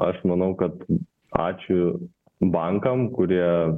aš manau kad ačiū bankam kurie